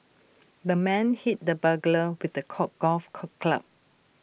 the man hit the burglar with A golf club